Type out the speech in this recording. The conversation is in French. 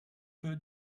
peu